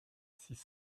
six